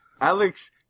Alex